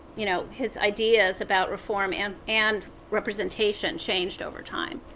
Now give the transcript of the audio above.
you know, his ideas about reform and and representation changed over time.